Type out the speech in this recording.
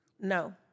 No